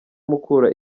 mukura